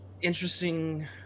interesting